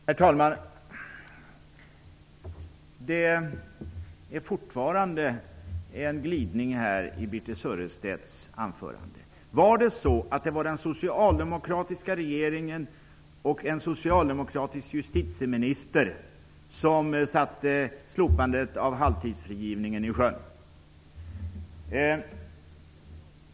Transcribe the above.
Herr talman! Det är fortfarande en glidning i Birthe Sörestedts anförande. Var det en socialdemokratisk regering och en socialdemokratisk justitieminister som satte slopandet av halvtidsfrigivningen i sjön?